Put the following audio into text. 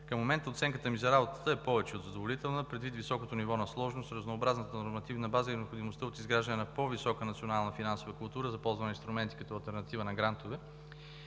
Към момента оценката ми за работата е повече от задоволителна, предвид високото ниво на сложност, разнообразната нормативна база и необходимостта от изграждане на по-висока национална финансова култура за ползване на инструментите като алтернатива на грантовете,